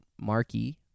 Markey